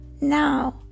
Now